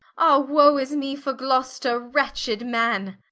ah woe is me for gloster, wretched man